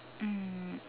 mm